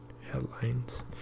headlines